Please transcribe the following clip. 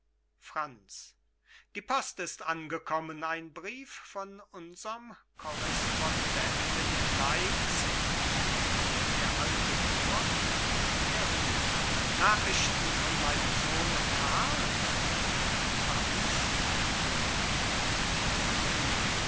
franz die post ist angekommen ein brief von unserm korrespondenten in leipzig d a moor begierig nachrichten von meinem sohne karl franz